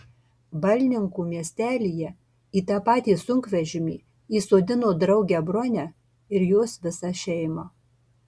balninkų miestelyje į tą patį sunkvežimį įsodino draugę bronę ir jos visą šeimą